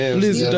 Please